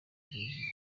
kuri